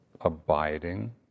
abiding